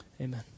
amen